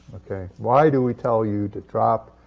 okay? why do we tell you to drop,